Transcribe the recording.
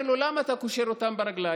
אומר לו: למה אתה קושר אותם ברגליים?